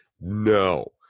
no